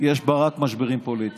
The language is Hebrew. יש בה רק משברים פוליטיים?